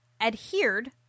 adhered